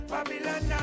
Babylon